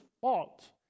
fault